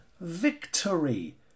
victory